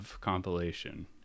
compilation